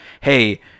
hey